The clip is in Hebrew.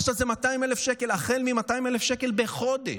עכשיו, זה החל מ-200,000 שקל בחודש,